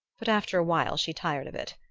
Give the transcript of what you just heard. but after a while she tired of it,